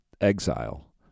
exile